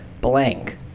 blank